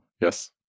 Yes